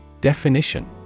Definition